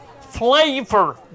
Flavor